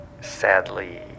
Sadly